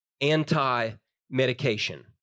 anti-medication